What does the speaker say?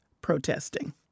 protesting